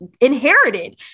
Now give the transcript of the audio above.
inherited